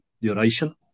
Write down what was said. duration